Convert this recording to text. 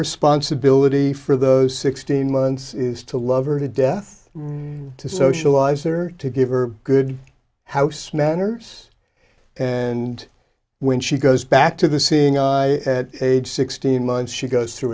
responsibility for those sixteen months is to love her to death to socialize or to give her good house manners and when she goes back to the seeing eye at age sixteen months she goes through